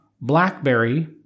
blackberry